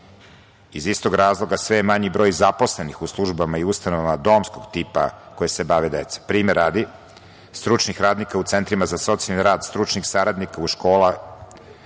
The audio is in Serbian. Iz istog razloga sve je manji broj zaposlenih u službama i ustanovama domskog tipa koje se bave decom. Primera radi, stručnih radnika u centrima za socijalni rad, stručnih saradnika u školama,